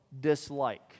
dislike